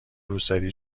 روسری